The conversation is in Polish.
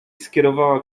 skierowała